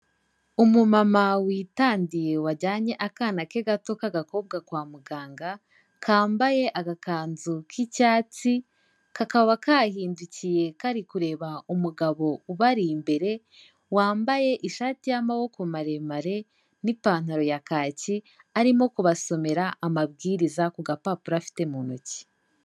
Umumama witandiye wajyanye akana ke gato k'agakobwa kwa muganga, kambaye agakanzu k'icyatsi, kakaba kahindukiye kari kureba umugabo ubari imbere wambaye ishati y'amaboko maremare n'ipantaro ya kake, arimo kubasomera amabwiriza ku gapapuro afite mu ntoki.